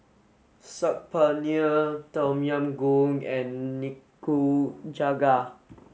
Saag Paneer Tom Yam Goong and Nikujaga